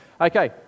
Okay